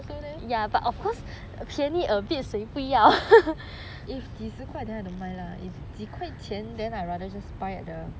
对不对 if 几十块 I don't mind lah if 几块钱 then I rather buy at the